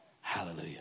Hallelujah